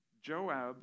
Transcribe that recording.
Joab